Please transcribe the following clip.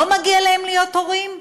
לא מגיע להם להיות הורים,